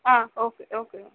ah okay okay